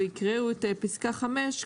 יקראו את פסקה (5)